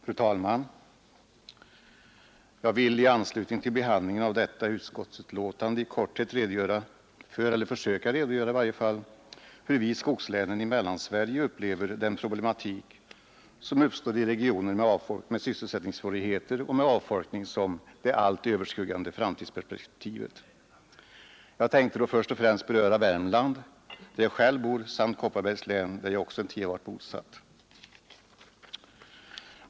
Fru talman! Jag vill i anslutning till behandlingen av detta utskottsbetänkande i korthet försöka redogöra för hur vi i skogslänen i Mellansverige upplever den problematik som uppstår i regioner med sysselsättningssvårigheter och med avfolkning som det allt överskuggande framtidsperspektivet. Jag tänkte då först och främst beröra Värmland, där jag själv bor, samt Kopparbergs län, där jag också en tid varit bosatt.